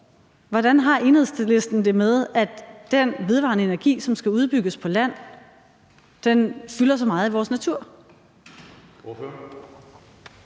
Hvordan har Enhedslisten det med, at den vedvarende energi, som skal udbygges på land, fylder så meget i vores natur?